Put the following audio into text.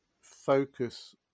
focus